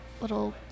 Little